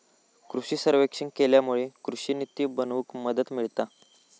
कृषि सर्वेक्षण केल्यामुळे कृषि निती बनवूक मदत मिळता